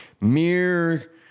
mere